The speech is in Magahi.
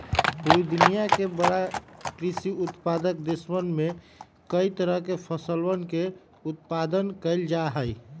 पूरा दुनिया के बड़ा कृषि उत्पादक देशवन में कई तरह के फसलवन के उत्पादन कइल जाहई